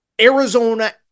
Arizona